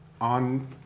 on